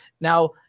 Now